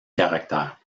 caractère